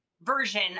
version